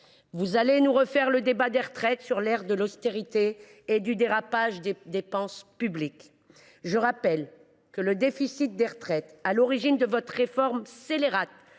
Vous allez nous rejouer le débat sur les retraites sur l’air de l’austérité et du dérapage des dépenses publiques. Je rappelle que le déficit des retraites à l’origine de votre réforme scélérate